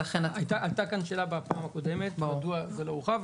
עלתה כאן שאלה בפעם הקודמת מדוע זה לא הורחב.